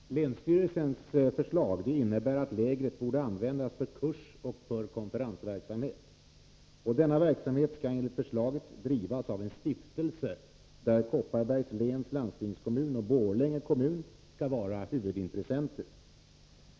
Fru talman! Länsstyrelsens förslag innebär att lägret skall användas för kursoch konferensverksamhet. Denna verksamhet skall enligt förslaget drivas av en stiftelse, där Kopparbergs läns landsting och Borlänge kommun skall vara huvudintressenter.